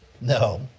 No